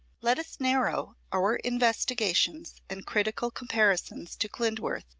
let us narrow our investigations and critical comparisons to klindworth,